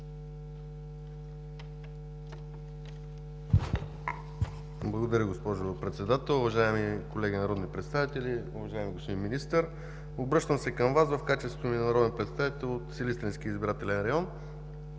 Благодаря, госпожо Председател! Уважаеми колеги, народни представители! Уважаеми господин Министър, обръщам се към Вас в качеството си на народен представител от Силистренски избирателен район.